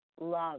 love